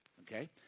okay